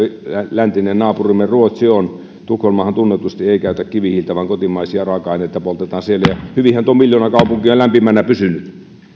läntinen naapurimme ruotsi on tukholmahan tunnetusti ei käytä kivihiiltä vaan siellä poltetaan kotimaisia raaka aineita ja hyvinhän tuo miljoonakaupunki on lämpimänä pysynyt